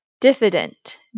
Diffident